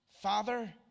Father